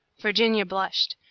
virginia blushed,